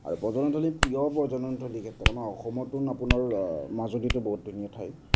আৰু পৰ্যটনস্থলী প্ৰিয় পৰ্যটনস্থলী ক্ষেত্ৰত আমাৰ অসমততো আপোনাৰ মাজুলীটো বহুত ধুনীয়া ঠাই